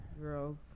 Girls